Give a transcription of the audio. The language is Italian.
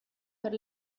per